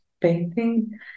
painting